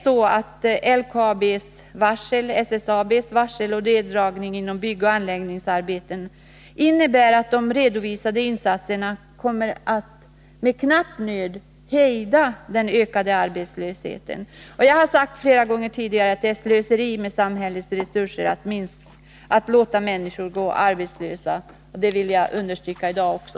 LKAB:s varsel, SSAB:s varsel och neddragningen av byggoch anläggningsarbeten innebär att de redovisade insatserna kommer att med knapp nöd hejda ökningen av arbetslösheten. Jag har sagt flera gånger tidigare att det är slöseri med samhällets resurser att låta människor gå arbetslösa, och det vill jag understryka i dag också.